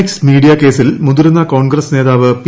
X media കേസിൽ മുതിർന്ന കോൺഗ്രസ് നേതാവ് പി